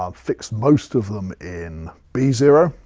um fixed most of them in b zero,